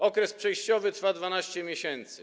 Okres przejściowy trwa 12 miesięcy.